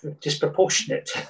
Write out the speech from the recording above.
disproportionate